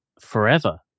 forever